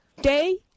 day